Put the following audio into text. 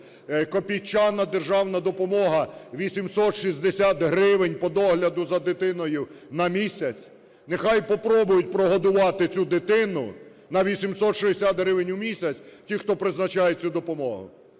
Копійчана державна допомога – 860 гривень по догляду за дитиною на місяць. Нехай попробують прогодувати цю дитину на 860 гривень у місяць ті, хто призначає цю допомогу.